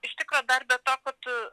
iš tikro dar be to kad